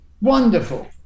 wonderful